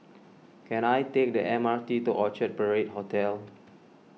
can I take the M R T to Orchard Parade Hotel